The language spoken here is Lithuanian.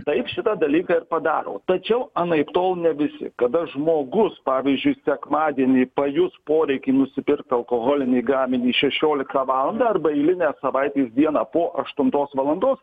taip šitą dalyką ir padaro tačiau anaiptol ne visi kada žmogus pavyzdžiui sekmadienį pajus poreikį nusipirkt alkoholinį gaminį šešioliktą valandą arba eilinę savaitės dieną po aštuntos valandos